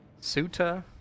Suta